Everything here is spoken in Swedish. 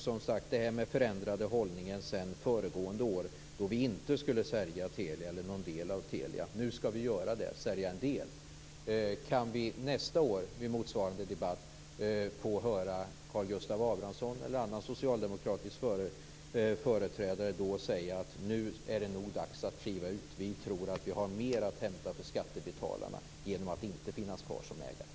Så till den förändrade hållningen sedan föregående år, när vi inte skulle sälja Telia eller någon del av Telia. Nu skall vi sälja en del. Kanske får vi nästa år under motsvarande debatt höra Karl Gustav Abramsson eller någon annan socialdemokratisk företrädare säga: Nu är det nog dags att kliva ut. Vi tror att vi har mer att hämta för skattebetalarna genom att inte finnas kvar som ägare.